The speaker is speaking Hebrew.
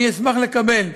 אני אשמח לקבל,